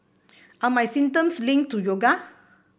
are my symptoms linked to yoga